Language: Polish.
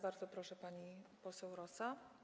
Bardzo proszę, pani poseł Rosa.